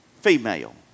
Female